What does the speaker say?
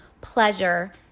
pleasure